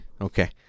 Okay